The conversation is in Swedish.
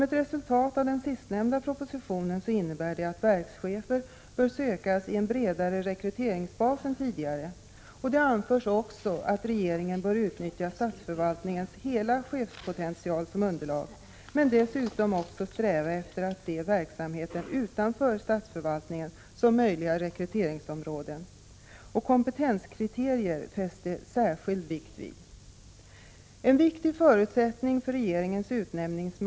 Ett resultat av den sistnämnda propositionen är att verkschefer bör sökas inom en bredare rekryteringsbas än tidigare, och det anförs också att regeringen bör utnyttja statsförvaltningens hela chefspotential som underlag, men dessutom också sträva efter att se verksamheten utanför statsförvaltningen som ett möjligt rekryteringsområde. Kompetenskriterier fästs det särskild vikt vid. En viktig förutsättning för regeringens utnämningsmakt är att regeringeni = Prot.